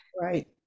Right